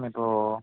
இப்போது